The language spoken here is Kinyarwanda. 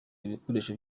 ibikoresho